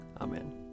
Amen